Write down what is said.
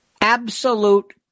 absolute